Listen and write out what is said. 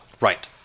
Right